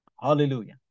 Hallelujah